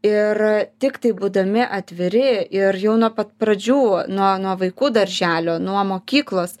ir tiktai būdami atviri ir jau nuo pat pradžių nuo nuo vaikų darželio nuo mokyklos